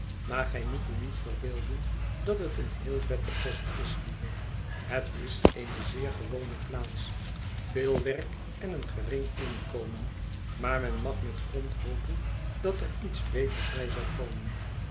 maar gij moet u niet verbeelden dat het een heel vette post is lieve het is eene zeer gewone plaats veel werk en een gering inkomen maar men mag met grond hopen dat er iets beters bij zal komen